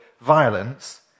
violence